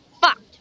fucked